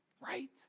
right